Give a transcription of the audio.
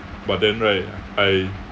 but then right I